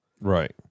Right